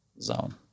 zone